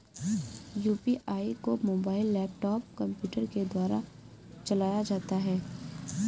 UPI को mobile laptop computer के द्वारा चलाया जाता है